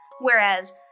whereas